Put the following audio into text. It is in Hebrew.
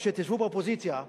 כשתשבו באופוזיציה,